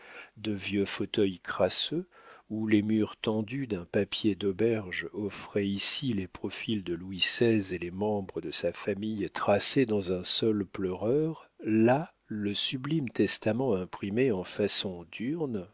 de vieux fauteuils crasseux où les murs tendus d'un papier d'auberge offraient ici les profils de louis xvi et des membres de sa famille tracés dans un saule pleureur là le sublime testament imprimé en façon